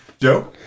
Joe